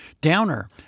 Downer